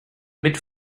mid